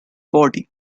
body